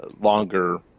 longer